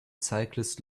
cyclist